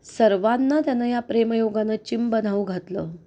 सर्वांना त्यानं या प्रेमयोगानं चिंब न्हाऊ घातलं